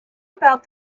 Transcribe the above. about